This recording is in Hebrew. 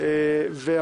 אחרי שתי תקופות כהונה.